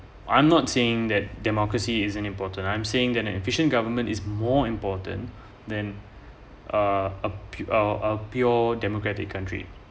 I'm not saying that democracy is an important I'm saying than an efficient government is more important than uh a pure democratic country